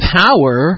power